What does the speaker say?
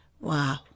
wow